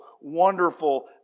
wonderful